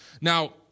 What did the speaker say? Now